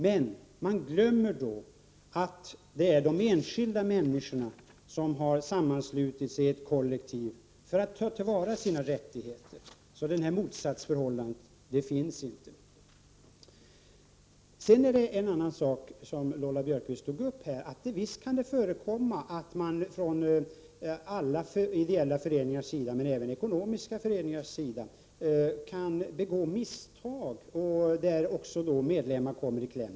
Men man glömmer att det är de enskilda människorna som har sammanslutit sig i ett kollektiv för att ta till vara sina rättigheter. Något motsatsförhållande existerar därför inte. Visst kan det förekomma, som Lola Björkquist sade, att ideella föreningar liksom även ekonomiska föreningar kan begå misstag som gör att medlemmar kommer i kläm.